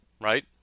right